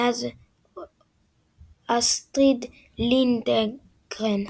מאת אסטריד לינדגרן.